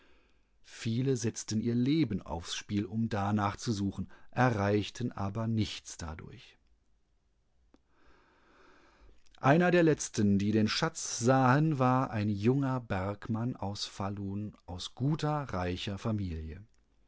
viele setzten ihr leben aufs spiel um danach zu suchen erreichten aber nichts dadurch einer der letzten die den schatz sahen war ein junger bergmann aus falun ausguter